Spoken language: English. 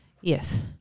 Yes